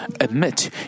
admit